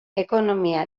ekonomia